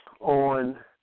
On